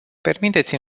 permiteți